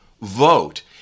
vote